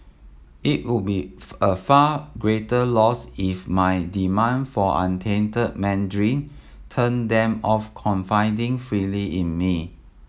it would be a far greater loss if my demand for untainted Mandarin turned them off confiding freely in me